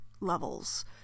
levels